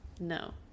no